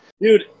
Dude